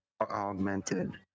augmented